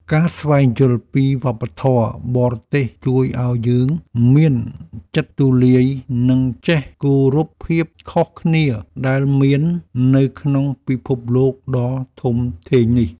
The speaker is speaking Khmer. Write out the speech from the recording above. ការស្វែងយល់ពីវប្បធម៌បរទេសជួយឱ្យយើងមានចិត្តទូលាយនិងចេះគោរពភាពខុសគ្នាដែលមាននៅក្នុងពិភពលោកដ៏ធំធេងនេះ។